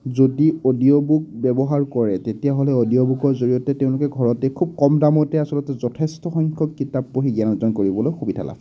যদি audio book ব্যৱহাৰ কৰে তেতিয়াহ'লে অডিঅ' বুকৰ জৰিয়তে তেওঁলোকে ঘৰতে খুব কম দামতে আচলতে যথেষ্ট সংখ্যক কিতাপ পঢ়ি জ্ঞান অৰ্জন কৰিবলৈ সুবিধা লাভ কৰে